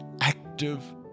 active